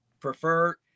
prefer